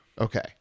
Okay